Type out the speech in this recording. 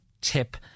Tip